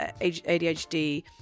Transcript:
ADHD